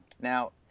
now